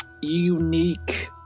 unique